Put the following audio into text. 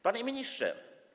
Panie Ministrze!